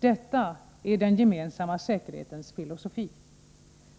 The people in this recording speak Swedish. Detta är den gemensamma säkerhetens filosofi.